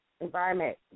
environment